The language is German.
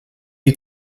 die